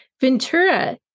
Ventura